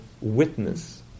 witness